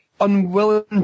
unwilling